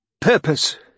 purpose